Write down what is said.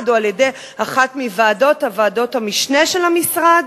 או על-ידי אחת מוועדות המשנה של המשרד,